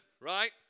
Right